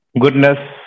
goodness